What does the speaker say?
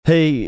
Hey